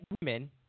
women